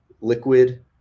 liquid